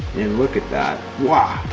and look at that, wow.